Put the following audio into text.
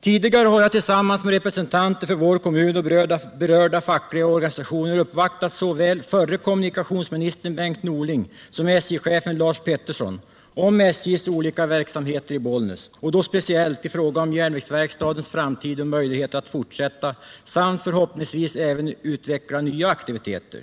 Tidigare har jag tillsammans med representanter för vår kommun och berörda fackliga organisationer uppvaktat såväl förre kommunikationsministern Bengt Norling som SJ-chefen Lars Peterson om SJ:s olika verksamheter i Bollnäs, och då speciellt i fråga om järnvägsverkstadens framtid och möjligheter att fortsätta samt förhoppningsvis även utveckla nya aktiviteter.